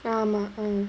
ஆமா:aamaa